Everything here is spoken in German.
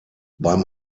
beim